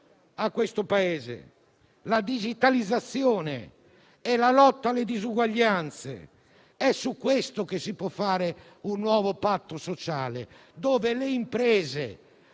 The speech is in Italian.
La digitalizzazione e la lotta alle disuguaglianze: è su questo che si può fare un nuovo patto sociale, in cui le imprese,